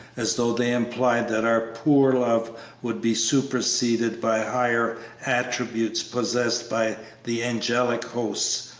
as though they implied that our poor love would be superseded by higher attributes possessed by the angelic hosts,